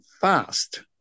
fast